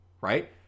right